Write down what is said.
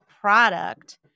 product